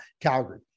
Calgary